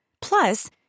Plus